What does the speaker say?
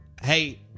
hey